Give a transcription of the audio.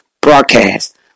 broadcast